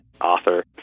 author